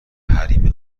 حریم